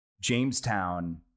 Jamestown